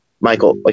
Michael